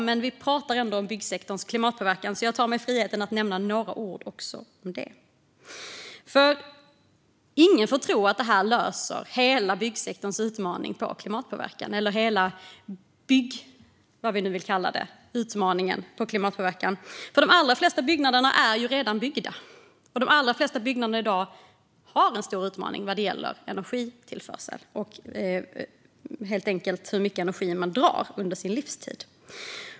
Men vi pratar ändå om byggsektorns klimatpåverkan, så jag tar mig friheten att nämna några ord också om detta. Ingen får tro att det här löser hela byggsektorns problem och utmaning när det gäller klimatpåverkan eller hela bygg. vad vi nu vill kalla det och dess utmaning när det gäller klimatpåverkan. De allra flesta byggnader är ju redan byggda, och de allra flesta byggnader i dag har en stor utmaning när det gäller energitillförsel. Det handlar helt enkelt om hur mycket energi de drar under sin livstid.